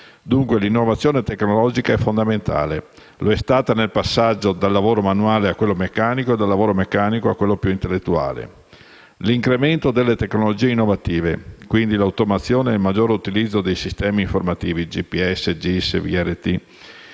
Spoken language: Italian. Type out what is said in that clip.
Dunque, l'innovazione tecnologica è fondamentale, come lo è stata nel passaggio dal lavoro manuale a quello meccanico e dal lavoro meccanico a quello più intellettuale. L'incremento delle tecnologie innovative (quindi l'automazione e il maggior utilizzo dei sistemi informativi come GPS, GIS e VRT),